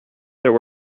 there